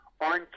on